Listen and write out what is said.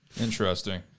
Interesting